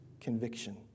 conviction